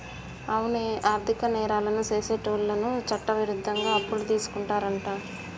అవునే ఆర్థిక నేరాలను సెసేటోళ్ళను చట్టవిరుద్ధంగా అప్పులు తీసుకుంటారంట